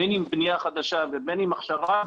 בין אם בנייה חדשה ובין אם הכשרה,